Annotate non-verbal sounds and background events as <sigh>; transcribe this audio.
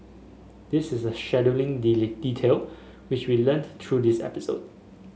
this is a scheduling <unintelligible> detail which we learnt through this episode